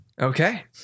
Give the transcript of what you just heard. okay